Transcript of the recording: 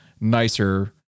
nicer